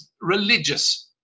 religious